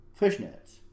Fishnets